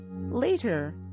Later